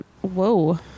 whoa